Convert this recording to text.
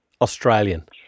Australian